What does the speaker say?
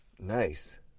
Nice